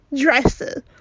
dresses